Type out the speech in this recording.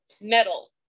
metal